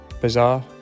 Bizarre